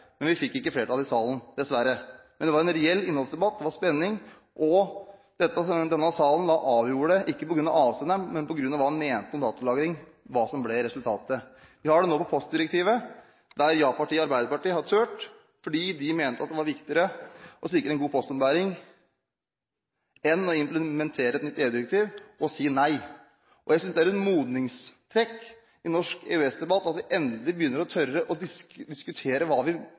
men det var en reell innholdsdebatt, det var spenning, og denne salen avgjorde, ikke på grunn av avsenderen, men på grunn av hva man mente om datalagring, hva som ble resultatet. Vi har det nå om postdirektivet, der ja-partiet Arbeiderpartiet har turt, fordi de mente at det var viktigere å sikre en god postombæring enn å implementere et nytt EU-direktiv og si nei. Jeg synes det er et modningstrekk i norsk EØS-debatt at vi endelig begynner å tørre å diskutere hva vi